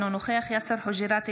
אינו נוכח יאסר חוג'יראת,